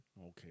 Okay